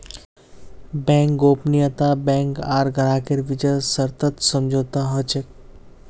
bank गोपनीयता bank आर ग्राहकेर बीचत सशर्त समझौता ह छेक